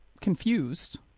confused